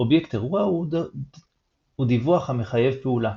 - אובייקט אירוע הוא דווח המחייב פעולה.